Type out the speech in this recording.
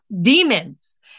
demons